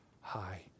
high